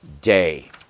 Day